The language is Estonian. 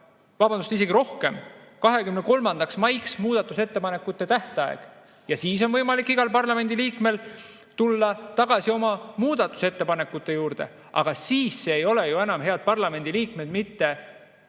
vabandust, isegi rohkem – 23. maiks muudatusettepanekute tähtaeg. Siis on võimalik igal parlamendiliikmel tulla tagasi oma muudatusettepanekute juurde, aga siis see ei ole ju enam, head parlamendiliikmed, mitte tehniline